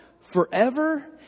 forever